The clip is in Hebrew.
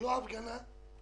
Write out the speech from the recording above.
וציין את זה